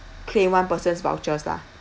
claim one person's vouchers lah